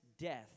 death